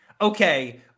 Okay